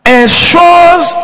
ensures